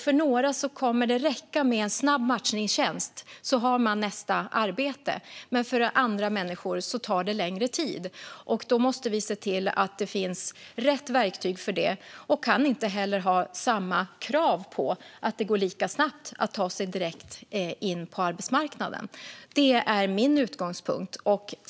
För några kommer det att räcka med en snabb matchningstjänst, och så har de nästa arbete. Men för andra människor tar det längre tid. Då måste vi se till att det finns rätt verktyg för det. Man kan inte heller ha samma krav på att det ska gå lika snabbt för dem att ta sig direkt in på arbetsmarknaden. Det är min utgångspunkt.